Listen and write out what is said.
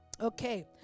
okay